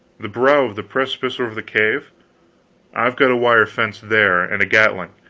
the brow of the precipice over the cave i've got a wire fence there, and a gatling.